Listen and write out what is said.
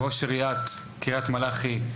ראש עיריית קריית מלאכי,